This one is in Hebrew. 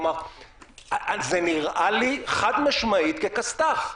זה נראה לי, חד-משמעית, ככסת"ח.